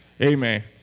Amen